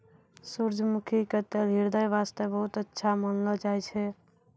सूरजमुखी के तेल ह्रदय वास्तॅ बहुत अच्छा मानलो जाय छै